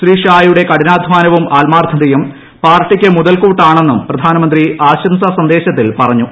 ശ്രീ ഷായുടെ കഠിനാദ്ധാനവും ആത്മാർത്ഥതയും പ്പാർട്ടിക്ക് മുതൽക്കൂട്ടാണെന്നും പ്രധാനമന്ത്രി ആശ്ര്സാ സന്ദേശത്തിൽ പറഞ്ഞു